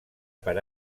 per